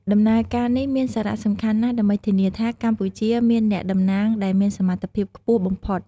ដំណើរការនេះមានសារៈសំខាន់ណាស់ដើម្បីធានាថា កម្ពុជាមានអ្នកតំណាងដែលមានសមត្ថភាពខ្ពស់បំផុត។